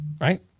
right